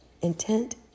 Intent